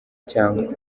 cyangwa